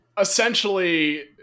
essentially